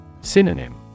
Synonym